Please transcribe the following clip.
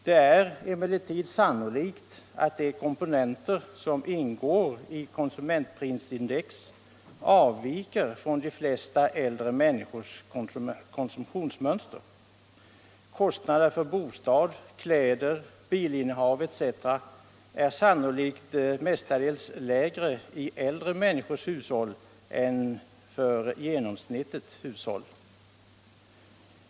Det är sannolikt att de komponenter som ingår i konsumentprisindex avviker från de flesta äldre människors konsumtionsmönster. Kostnader för bostäder, kläder och bilinnehav etc. är sannolikt mestadels lägre i äldre människors hushåll än för genomsnittet hushåll.